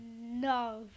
No